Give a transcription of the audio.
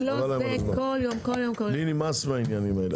לי נמאס מהעניינים האלה.